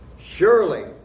Surely